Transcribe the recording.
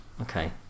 okay